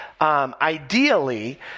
Ideally